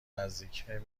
نزدیکه